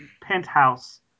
penthouse